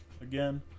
Again